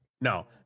No